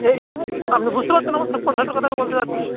এই আপনি বুঝতে পারছেন আমার ছা কোন ছাঁটের কথা আমি বলতে চাচ্ছি